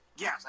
yes